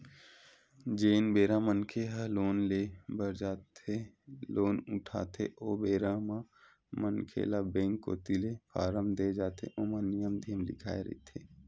जेन बेरा मनखे ह लोन ले बर जाथे लोन उठाथे ओ बेरा म मनखे ल बेंक कोती ले फारम देय जाथे ओमा नियम धियम लिखाए रहिथे